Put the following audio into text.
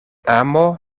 amo